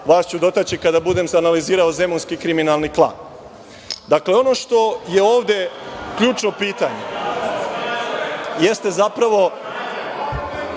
Vas ću dotaći kada budem analizirao zemunski kriminalni klan. Dakle, ono što je ovde ključno pitanje jeste zapravo